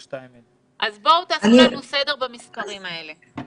אז בואו תעשו לנו סדר במספרים האלה.